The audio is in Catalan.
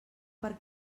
per